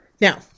Now